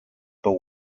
but